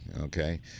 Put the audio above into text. okay